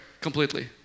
completely